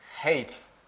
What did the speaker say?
hates